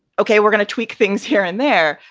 ok, we're gonna tweak things here and there?